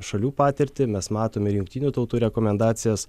šalių patirtį mes matome ir jungtinių tautų rekomendacijas